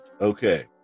Okay